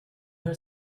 her